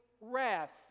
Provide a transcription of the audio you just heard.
wrath